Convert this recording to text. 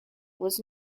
was